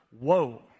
whoa